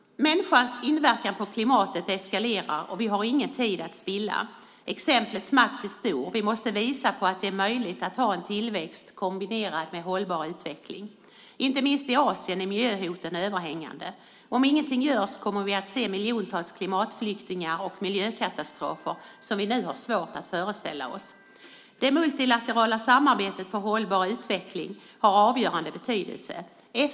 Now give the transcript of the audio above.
Människans inverkan på klimatet eskalerar, och vi har ingen tid att spilla. Exemplets makt är stor. Vi måste visa att det är möjligt att ha en tillväxt kombinerad med hållbar utveckling. Inte minst i Asien är miljöhoten överhängande. Om ingenting görs kommer vi att se miljontals klimatflyktingar och miljökatastrofer som vi nu har svårt att föreställa oss. Det multilaterala samarbetet för hållbar utveckling har avgörande betydelse.